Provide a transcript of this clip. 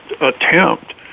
attempt